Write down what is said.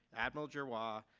admiral giroir,